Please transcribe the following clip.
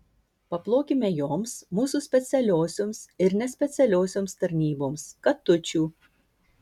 paplokime joms mūsų specialiosioms ir nespecialiosioms tarnyboms katučių